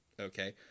okay